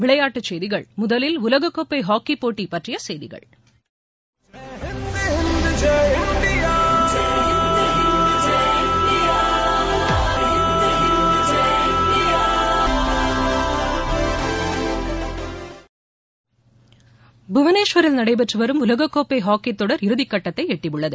விளைபாட்டுச்செய்திகள் முதலில் உலக கோப்பை ஹாக்கி போட்டி பற்றிய செய்திகள் ஒபனிங் டியூன் புவனேஷ்வரில் நடைபெற்றுவரும் உலககோப்பை ஹாக்கி தொடர் இறுதி கட்டத்தை எட்டியுள்ளது